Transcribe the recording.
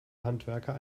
handwerker